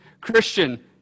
Christian